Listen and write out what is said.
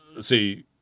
see